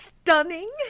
stunning